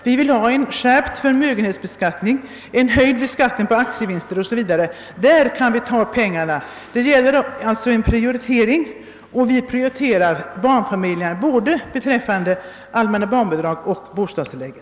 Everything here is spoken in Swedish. Vi vill ha en skärpt förmögenhetsbeskattning, en höjd beskattning på aktievinster, 0. s. v. Där kan vi ta pengarna. Det är fråga om en prioritering som jag har sagt. Vi prioriterar barnfamiljerna, både beträffande det allmänna barnbidraget och bostadstilläggen.